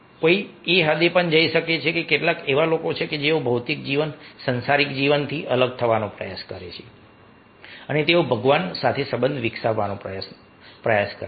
કોઈ એ હદે પણ જઈ શકે છે કે કેટલાક એવા લોકો છે જેઓ આ ભૌતિક જીવન સાંસારિક જીવનથી અલગ થવાનો પ્રયાસ કરે છે અને તેઓ ભગવાન સાથે સંબંધ વિકસાવવાનો પ્રયાસ કરે છે